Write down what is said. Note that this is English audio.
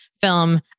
film